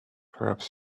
perhaps